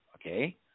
okay